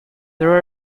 there